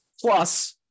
Plus